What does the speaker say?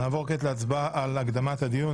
מי בעד הקדמת הדיון?